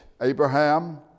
Abraham